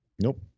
nope